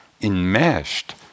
enmeshed